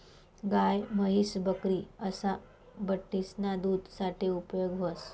गाय, म्हैस, बकरी असा बठ्ठीसना दूध साठे उपेग व्हस